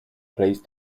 placed